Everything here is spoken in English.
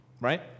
right